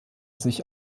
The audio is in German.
sich